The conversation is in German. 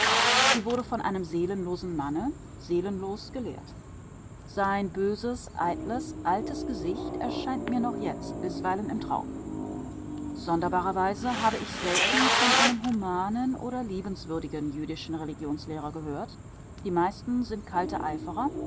sie wurde von einem seelenlosen manne seelenlos gelehrt sein böses eitles altes gesicht erscheint mir noch jetzt bisweilen im traum sonderbarerweise habe ich selten von einem humanen oder liebenswürdigen jüdischen religionslehrer gehört die meisten sind kalte eiferer